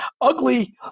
ugly